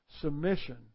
Submission